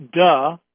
duh